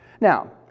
Now